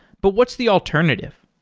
but what's the alternative?